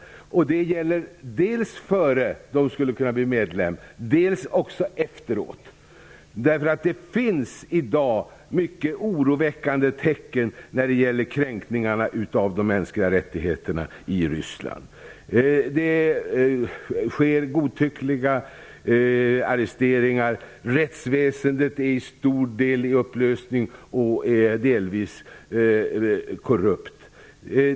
Detta gäller dels innan Ryssland kan bli medlem, dels efteråt. I dag finns det nämligen många oroväckande tecken när det gäller kränkningarna av de mänskliga rättigheterna i Det sker godtyckliga arresteringar. Rättsväsendet är till stor del i upplösning och delvis korrupt.